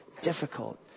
difficult